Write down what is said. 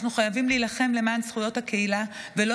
אנחנו חייבים להילחם למען זכויות הקהילה ולא